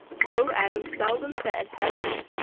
so adam seldom said have went,